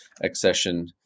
accession